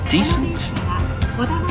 decent